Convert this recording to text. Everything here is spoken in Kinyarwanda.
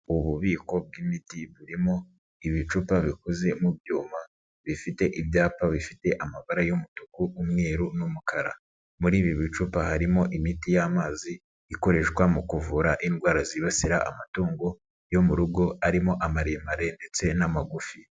Ububiko bw'imiti burimo ibicupa bikoze mu byuma bifite ibyapa bifite amabara y'umutuku, umweru n'umukara. Muri ibi bicupa harimo imiti y'amazi ikoreshwa mu kuvura indwara zibasira amatungo yo mu rugo arimo amaremare ndetse n'amagufi.